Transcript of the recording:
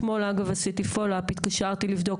אתמול, אגב, עשיתי follow up, התקשרתי לבדוק.